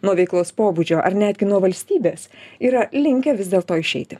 nuo veiklos pobūdžio ar netgi nuo valstybės yra linkę vis dėlto išeiti